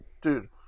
dude